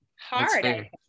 hard